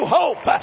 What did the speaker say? hope